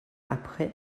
après